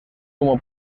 como